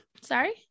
Sorry